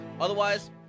Otherwise